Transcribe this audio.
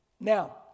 Now